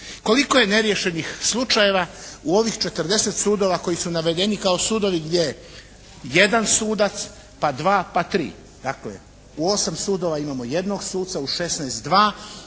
Koliko je neriješenih slučajeva u ovih 40 sudova koji su navedeni kao sudovi gdje jedan sudac, pa dva, pa tri dakle u osam sudova imamo jednog suca, u 16 dva